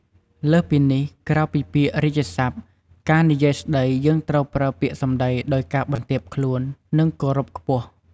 លើសពីនេះក្រៅពីពាក្យរាជសព្ទ ការនិយាយស្តីយើងត្រូវប្រើពាក្យសំដីដោយការបន្ទាបខ្លួន និងគោរពខ្ពស់។